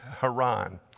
Haran